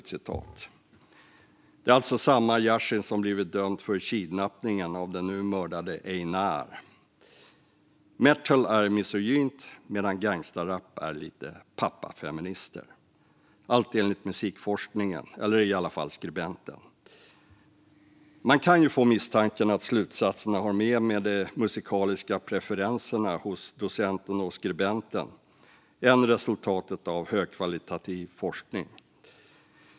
Det är alltså samma Yasin som blivit dömd för kidnappningen av den nu mördade Einár. Metal är misogynt, medan gangsterrap är lite pappafeministiskt - allt enligt musikforskningen, eller i alla fall skribenten. Man kan få misstanken att slutsatserna har mer att göra med de musikaliska preferenserna hos docenten och skribenten än med resultat av högkvalitativ forskning.